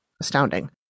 astounding